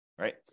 right